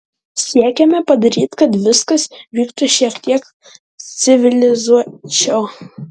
siekiame padaryti kad viskas vyktų šiek tiek civilizuočiau